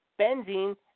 benzene